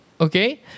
Okay